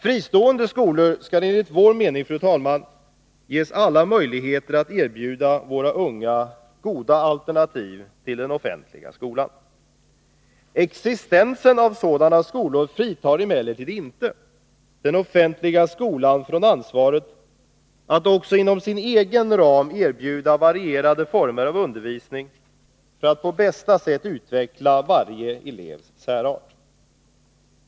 Fristående skolor skall enligt vår mening, fru talman, ges alla möjligheter att erbjuda våra unga goda alternativ till den offentliga skolan. Existensen av sådana skolor fritar emellertid inte den offentliga skolan från ansvaret att också inom sin egen ram erbjuda varierade former av undervisning för att på bästa sätt utveckla varje elevs särart.